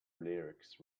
lyrics